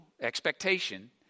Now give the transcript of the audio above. expectation